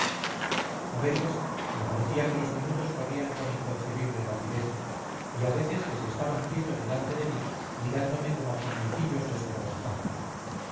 a veces me parecía que los minutos corrían con inconcebible rapidez y a veces que se estaban quietos delante de mí mirándome como geniecillos desvergonzados